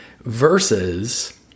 Versus